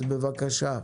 בבקשה.